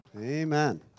Amen